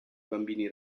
bambini